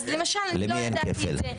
אז למשל אני לא ידעתי את זה.